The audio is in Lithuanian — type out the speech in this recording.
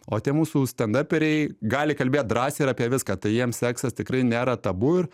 o tie mūsų stendaperiai gali kalbėt drąsiai ir apie viską tai jiems seksas tikrai nėra tabu ir